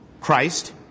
Christ